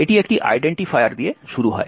এটি একটি আইডেন্টিফায়ার দিয়ে শুরু হয়